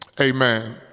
Amen